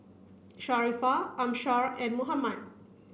Sharifah Amsyar and Muhammad